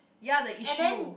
ya the issue